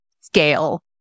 scale